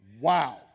Wow